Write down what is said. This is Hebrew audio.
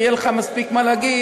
יהיה לך מספיק מה להגיד,